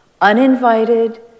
Uninvited